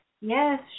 Yes